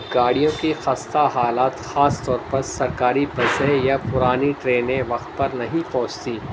گاڑیوں کی خستہ حالات خاص طور پر سرکاری بسیں یا پرانی ٹرینیں وقت پر نہیں پہنچتی